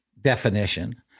definition